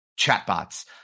chatbots